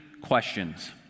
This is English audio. questions